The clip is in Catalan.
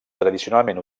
tradicionalment